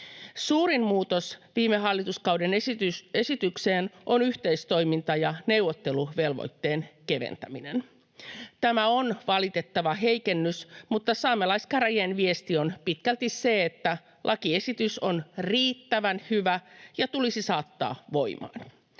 Suurin muutos viime hallituskauden esitykseen on yhteistoiminta- ja neuvotteluvelvoitteen keventäminen. Tämä on valitettava heikennys, mutta saamelaiskäräjien viesti on pitkälti se, että lakiesitys on riittävän hyvä ja se tulisi saattaa voimaan.